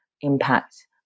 impact